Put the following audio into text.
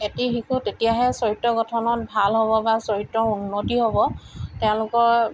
এটি শিশু তেতিয়াহে চৰিত্ৰ গঠনত ভাল হ'ব বা চৰিত্ৰ উন্নতি হ'ব তেওঁলোকৰ